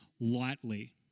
lightly